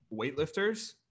weightlifters